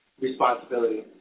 Responsibility